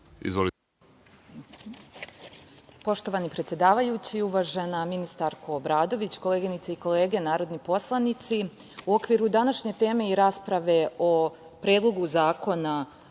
Poštovani predsedavajući, uvažena ministarko Obradović, koleginice i kolege narodni poslanici.U okviru današnje teme i rasprave o Predlogu zakona